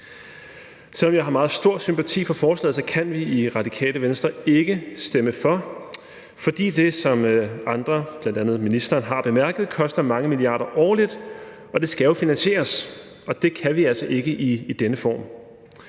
Selv om jeg har meget stor sympati for forslaget, kan vi i Radikale Venstre ikke stemme for, fordi det, som andre, bl.a. ministeren, har bemærket, koster mange milliarder årligt, og det skal jo finansieres. Det kan vi altså ikke i denne form.